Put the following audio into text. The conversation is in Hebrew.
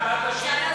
בעד נשים.